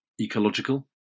ecological